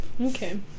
Okay